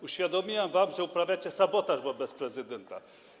Uświadomiłem wam, że uprawiacie sabotaż wobec prezydenta.